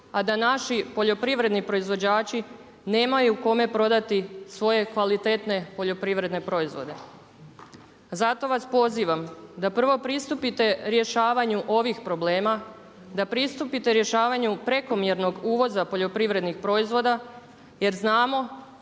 a da naši poljoprivredni proizvođači nemaju kome prodati svoje kvalitetne poljoprivredne proizvode. Zato vas pozivam da prvo pristupite rješavanju ovih problema, da pristupite rješavanju prekomjernog uvoza poljoprivrednih proizvoda jer znamo